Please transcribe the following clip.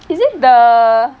is it the